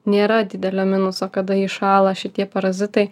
nėra didelio minuso kada įšąla šitie parazitai